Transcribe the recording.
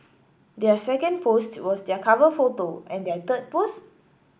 their second post was their cover photo and their third post